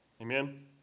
Amen